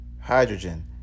Hydrogen